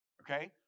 Okay